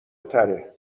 تره